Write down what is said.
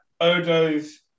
Odo's